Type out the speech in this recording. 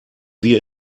wir